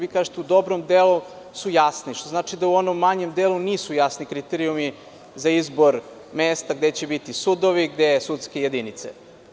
Vi kažete - u dobrom delu su jasni, što znači da u onom manjem delu nisu jasni kriterijumi za izbor mesta gde će biti sudovi, gde sudske jedinice.